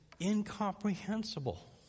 incomprehensible